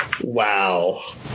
wow